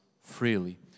freely